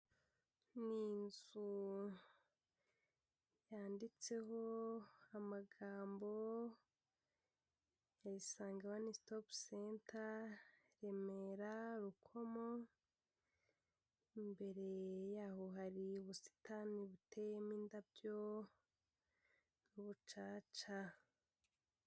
Ni inzu yanditseho amagambo ya isanga one stop center Remera Rukomo, imbere yaho hari ubusitani buteyemo indabyo n'ubucaca.